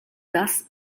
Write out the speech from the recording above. dass